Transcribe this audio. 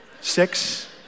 Six